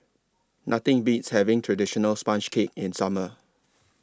Nothing Beats having Traditional Sponge Cake in Summer